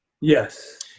yes